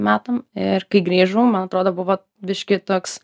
metam ir kai grįžau man atrodo buvo biškį toks